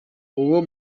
uwo